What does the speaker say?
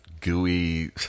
gooey